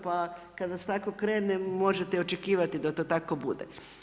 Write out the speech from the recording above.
Pa kad vas tako krene, možete očekivati da to tako bude.